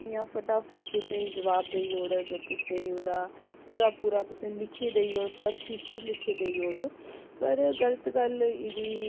फटा फट तुसेंगी जवाब देई ओड़ग ओह्दा तुसेंगी ओह्दा पूरा पूरा तुसेंगी लिखियै देई ओड़ग पूरा थिसिसिस लिखियै देई ओड़ंग पर गल्त गल्ल इ'दी